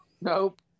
Nope